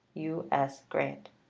u s. grant.